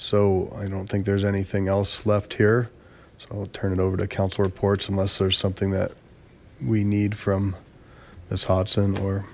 so i don't think there's anything else left here so i'll turn it over to council reports unless there's something that we need from this hot sun or